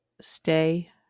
stay